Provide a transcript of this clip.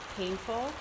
painful